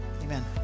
amen